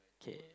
okay